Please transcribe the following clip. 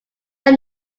are